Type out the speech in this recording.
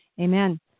amen